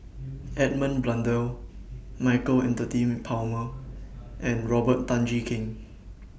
Edmund Blundell Michael Anthony Palmer and Robert Tan Jee Keng